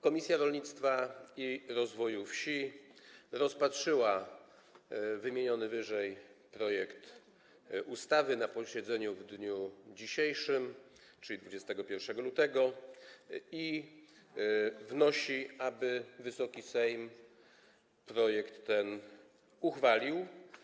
Komisja Rolnictwa i Rozwoju Wsi rozpatrzyła wymieniony wyżej projekt ustawy na posiedzeniu w dniu dzisiejszym, czyli 21 lutego, i wnosi, aby Wysoki Sejm projekt uchwalił.